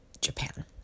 Japan